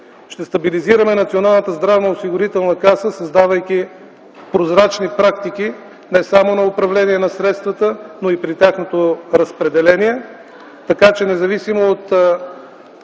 каса, създавайки прозрачни практики не само на управление на средствата, но и при тяхното разпределение.